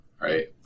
right